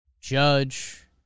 Judge